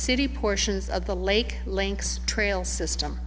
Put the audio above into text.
city portions of the lake lynx trail system